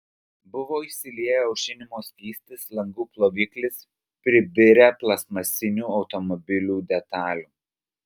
buvo išsilieję aušinimo skystis langų ploviklis pribirę plastmasinių automobilių detalių